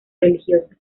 religiosa